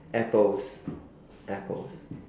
apples apples